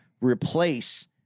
replace